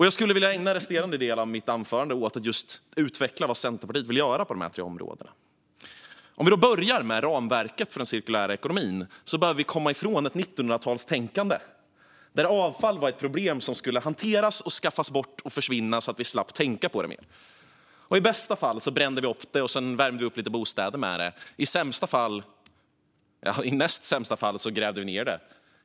Jag skulle vilja ägna den resterande delen av mitt anförande åt att utveckla vad Centerpartiet vill göra på just dessa tre områden. Om vi börjar med ramverket för den cirkulära ekonomin behöver vi komma ifrån ett 1900-talstänkande, där avfall var ett problem som skulle hanteras, skaffas bort och försvinna så att vi slapp tänka mer på det. I bästa fall brände vi upp det och värmde upp lite bostäder. I näst sämsta fall grävde vi ned det.